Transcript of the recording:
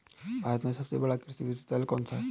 भारत में सबसे बड़ा कृषि विश्वविद्यालय कौनसा है?